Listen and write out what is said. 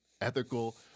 ethical